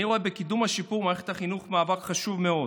אני רואה בקידום השיפור במערכת החינוך מאבק חשוב מאוד.